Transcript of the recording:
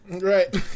Right